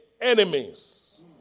enemies